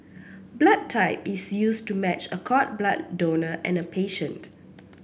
blood type is used to match a cord blood donor and a patient